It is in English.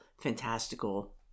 fantastical